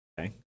okay